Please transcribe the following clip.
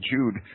Jude